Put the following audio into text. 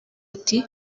ati